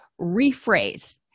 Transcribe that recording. rephrase